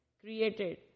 created